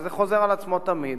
וזה חוזר על עצמו תמיד.